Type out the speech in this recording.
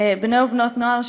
בני ובנות נוער,